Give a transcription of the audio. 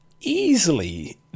easily